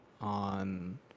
on